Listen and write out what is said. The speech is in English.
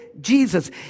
Jesus